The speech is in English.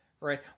right